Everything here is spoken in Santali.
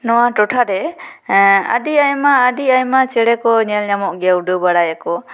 ᱱᱚᱣᱟ ᱴᱚᱴᱷᱟ ᱨᱮ ᱟᱹᱰᱤ ᱟᱭᱢᱟ ᱟᱹᱰᱤ ᱟᱭᱢᱟ ᱪᱮᱬᱮ ᱠᱚ ᱧᱮᱞ ᱧᱟᱢᱚᱜ ᱜᱮᱭᱟ ᱩᱰᱟᱹᱣ ᱵᱟᱲᱟᱭ ᱟᱠᱚ